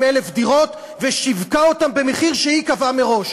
דירות ושיווקה אותן במחיר שהיא קבעה מראש.